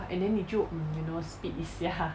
and then 你就 um you know speed 一下